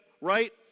right